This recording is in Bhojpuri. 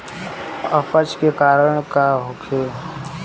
अपच के कारण का होखे?